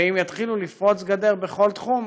ואם יתחילו לפרוץ גדר בכל תחום,